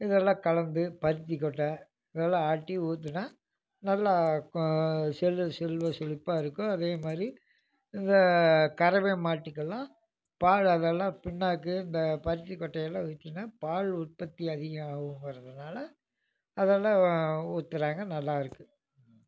இதெல்லாம் கலந்து பருத்திக்கொட்டை இதெல்லாம் ஆட்டி ஊற்றுனா நல்ல செல் செல்வ செழிப்பாக இருக்கும் அதே மாதிரி இந்த கரவை மாட்டுக்குலாம் பால் அதெலாம் புண்ணாக்கு இந்த பருத்திக்கொட்டையிலாம் வச்சிங்கனா பால் உற்பத்தி அதிகம் ஆகுங்கறதுனால அதெல்லாம் ஊத்துகிறாங்க நல்லா இருக்குது